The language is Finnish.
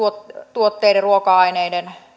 tuotteiden ruoka aineiden